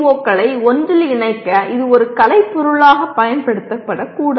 க்களை ஒன்றில் இணைக்க இது ஒரு கலைப்பொருளாக பயன்படுத்தப்படக்கூடாது